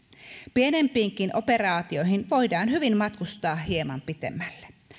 pienempiinkin operaatioihin voidaan hyvin matkustaa hieman pitemmälle